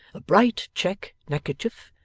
a bright check neckerchief,